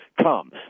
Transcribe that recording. come